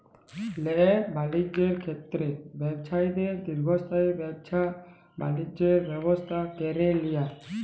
ল্যায় বালিজ্যের ক্ষেত্রে ব্যবছায়ীদের দীর্ঘস্থায়ী ব্যাবছা বালিজ্যের ব্যবস্থা ক্যরে লিয়া